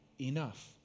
enough